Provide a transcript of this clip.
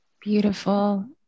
Beautiful